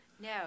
No